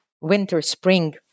winter-spring